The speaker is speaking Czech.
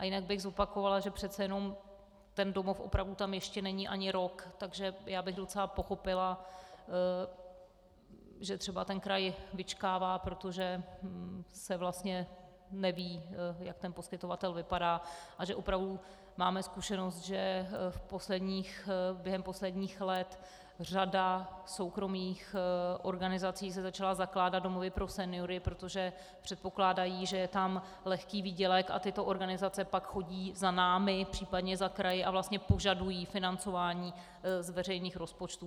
Jinak bych zopakovala, že přece jenom ten domov tam opravdu není ještě ani rok, takže bych docela pochopila, že třeba kraj vyčkává, protože se vlastně neví, jak ten poskytovatel vypadá, a že opravdu máme zkušenost, že během posledních let řada soukromých organizací začala zakládat domovy pro seniory, protože předpokládají, že je tam lehký výdělek, a tyto organizace pak chodí za námi, případně za kraji, a požadují financování z veřejných rozpočtů.